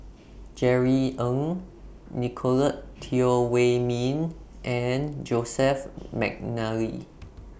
Jerry Ng Nicolette Teo Wei Min and Joseph Mcnally